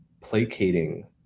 placating